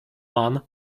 mann